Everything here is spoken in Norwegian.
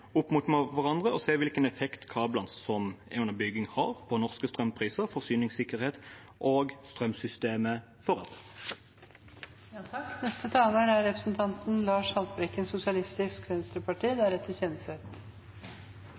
opp mot hverandre og se hvilken effekt kablene som er under bygging, har på norske strømpriser, forsyningssikkerhet og strømsystemet for øvrig. Statlig eierskap over sentralnettet er